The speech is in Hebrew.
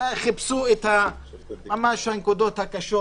ממש חיפשו את הנקודות הקשות.